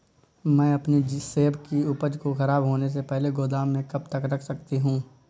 मैं अपनी सेब की उपज को ख़राब होने से पहले गोदाम में कब तक रख सकती हूँ?